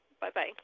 Bye-bye